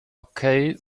okay